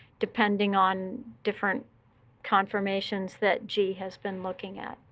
depending on different conformations that zhi has been looking at.